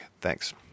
Thanks